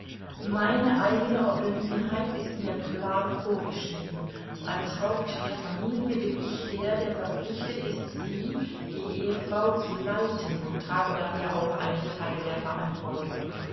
meine eigene obliegenheit ist mir klar vorgeschrieben als haupt der familie bin ich der der verpflichtet ist sie die ehefrau zu leiten und trage daher auch einen teil der verantwortung